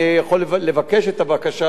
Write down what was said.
אני יכול לבקש את הבקשה,